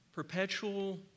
Perpetual